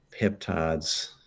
peptides